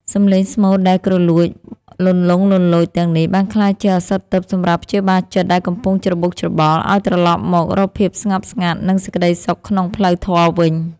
សម្លេងស្មូតដែលគ្រលួចលន្លង់លន្លោចទាំងនេះ បានក្លាយជាឱសថទិព្វសម្រាប់ព្យាបាលចិត្តដែលកំពុងច្របូកច្របល់ ឱ្យត្រឡប់មករកភាពស្ងប់ស្ងាត់ និងសេចក្តីសុខក្នុងផ្លូវធម៌វិញ។